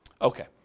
Okay